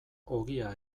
ogia